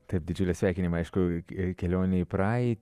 taip didžiuliai sveikinimai aišku kelionė į praeitį